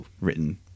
written